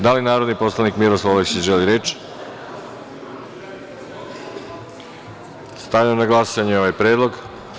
Da li narodni poslanik Miroslav Aleksić želi reč? (Ne.) Stavljam na glasanje ovaj predlog.